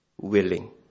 willing